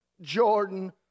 Jordan